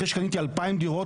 אחרי שקניתי 2000 דירות,